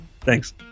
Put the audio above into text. Thanks